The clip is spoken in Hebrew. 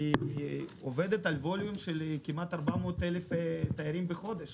התיירותית עובדת על ווליום של כמעט 400,000 תיירים בחודש.